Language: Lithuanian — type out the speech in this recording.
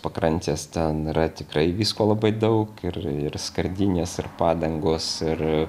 pakrantės ten yra tikrai visko labai daug ir ir skardinės ir padangos ir